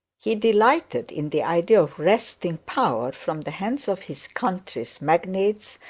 he delighted in the idea of wresting power from the hands of his country's magnates,